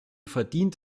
verdient